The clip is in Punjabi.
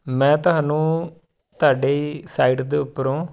ਮੈਂ ਤੁਹਾਨੂੰ ਤੁਹਾਡੀ ਸਾਈਡ ਦੇ ਉੱਪਰੋਂ